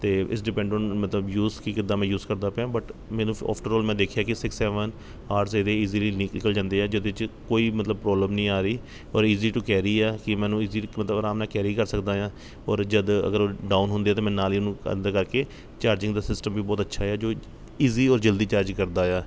ਅਤੇ it's depend on ਮਤਲਬ use ਕਿ ਕਿੱਦਾਂ ਮੈਂ ਯੂਜ ਕਰਦਾ ਪਿਆ ਬੱਟ ਮੈਨੂੰ ਫ਼ ਆਫ਼ਟਰਆਲ ਮੈਂ ਦੇਖਿਆ ਕਿ ਸਿਕਸ ਸੈਵਨ ਆਰਸ ਇਹਦੇ ਇਜ਼ਿਲੀ ਨਿ ਨਿਕਲ ਜਾਂਦੇ ਹੈ ਜਿਹਦੇ 'ਚ ਕੋਈ ਮਤਲਬ ਪ੍ਰੋਬਲਮ ਨਹੀਂ ਆ ਰਹੀ ਔਰ ਇਜੀ ਟੂ ਕੈਰੀ ਆ ਕਿ ਮੈਂ ਇਹਨੂੰ ਇਜਿਲੀ ਮਤਲਬ ਅਰਾਮ ਨਾਲ ਕੈਰੀ ਕਰ ਸਕਦਾ ਹਾਂ ਔਰ ਜਦੋਂ ਅਗਰ ਡਾਊਨ ਹੁੰਦਾ ਹੈ ਤਾਂ ਮੈਂ ਨਾਲ ਇਹਨੂੰ ਅੰਦਰ ਕਰਕੇ ਚਾਰਜਿੰਗ ਦਾ ਸਿਸਟਮ ਵੀ ਬਹੁਤ ਅੱਛਾ ਹੈ ਜੋ ਇਜ਼ੀ ਔਰ ਜਲਦੀ ਚਾਰਜ ਕਰਦਾ ਆ